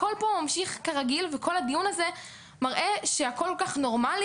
הכול פה ממשיך כרגיל וכל הדיון הזה מראה שהכול כל כך נורמלי